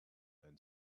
and